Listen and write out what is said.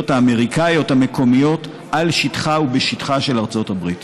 האמריקניות המקומיות על שטחה ובשטחה של ארצות הברית.